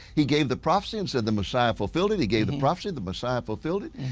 he gave the prophecy and said the messiah fulfilled it. he gave the prophecy the messiah fulfilled it.